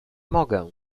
mogę